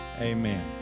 amen